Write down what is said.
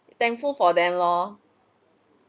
thankful for them lor